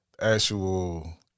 actual